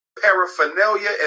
paraphernalia